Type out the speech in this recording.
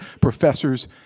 professors